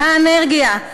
האנרגיה,